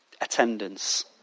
attendance